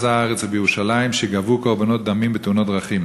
הארץ ובירושלים שגבו קורבנות דמים בתאונות דרכים.